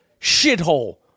shithole